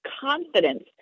confidence